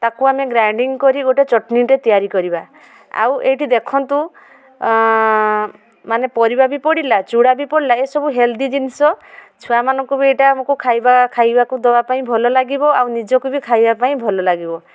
ତାକୁ ଆମେ ଗ୍ରାଇଣ୍ଡିଙ୍ଗ୍ କରି ଗୋଟେ ଚଟଣୀଟେ ତିଆରି କରିବା ଆଉ ଏଇଠି ଦେଖନ୍ତୁ ମାନେ ପରିବା ବି ପଡ଼ିଲା ଚୂଡ଼ା ବି ପଡ଼ିଲା ଏସବୁ ହେଲ୍ଦି ଜିନିଷ ଛୁଆମାନଙ୍କୁ ବି ଏଇଟା ଆମକୁ ଖାଇବା ଖାଇବାକୁ ଦେବା ପାଇଁ ଭଲ ଲାଗିବ ଆଉ ନିଜକୁ ବି ଖାଇବାକୁ ପାଇଁ ଭଲ ଲାଗିବ